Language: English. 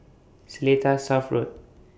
Seletar South Road